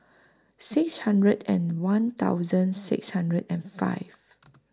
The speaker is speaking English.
six hundred and one thousand six hundred and five